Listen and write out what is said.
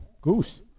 goose